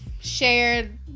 shared